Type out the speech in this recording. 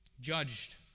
judged